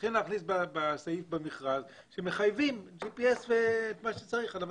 צריכים להכניס בסעיף במכרז שמחייבים GPS ואת מה שצריך על המשאיות.